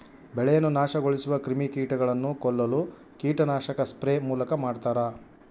ಬೆಳೆಯನ್ನು ನಾಶಗೊಳಿಸುವ ಕ್ರಿಮಿಕೀಟಗಳನ್ನು ಕೊಲ್ಲಲು ಕೀಟನಾಶಕ ಸ್ಪ್ರೇ ಮೂಲಕ ಮಾಡ್ತಾರ